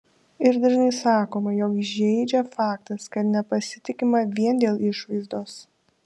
ir dažnai sakoma jog žeidžia faktas kad nepasitikima vien dėl išvaizdos